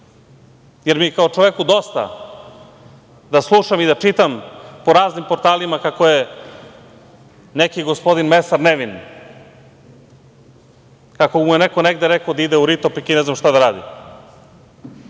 jer mi je kao čoveku dosta da slušam i da čitam po raznim portalima kako je neki gospodin mesar nevin, kako mu je neko negde rekao da ide u Ritopek i ne znam šta da radi.